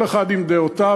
כל אחד עם דעותיו,